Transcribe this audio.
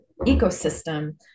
ecosystem